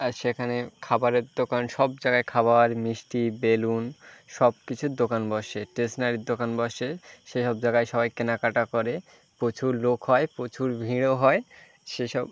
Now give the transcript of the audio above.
আর সেখানে খাবারের দোকান সব জায়গায় খাবার মিষ্টি বেলুন সব কিছুর দোকান বসে ষ্টেশনারীর দোকান বসে সেসব জায়গায় সবাই কেনাকাটা করে প্রচুর লোক হয় প্রচুর ভিড়ও হয় সে সব